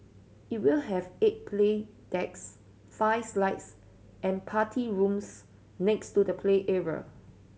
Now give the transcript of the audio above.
it will have eight play decks five slides and party rooms next to the play area